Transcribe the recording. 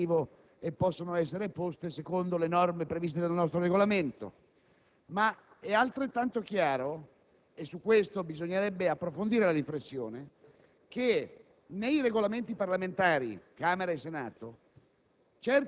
le questioni incidentali fanno parte del procedimento legislativo e possono essere poste secondo le norme previste dal Regolamento; ma è altrettanto chiaro - e al riguardo bisognerebbe approfondire la riflessione